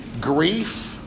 grief